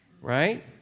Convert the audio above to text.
right